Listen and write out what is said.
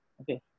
Okay